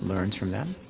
learns from them,